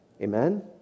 Amen